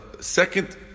second